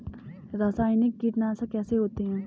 रासायनिक कीटनाशक कैसे होते हैं?